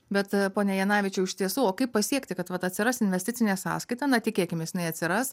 bet pone janavičiau iš tiesų o kaip pasiekti kad vat atsiras investicinė sąskaita na tikėkimės jinai atsiras